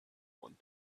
one